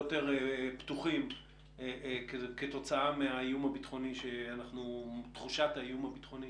יותר כתוצאה מתחושת האיום הביטחוני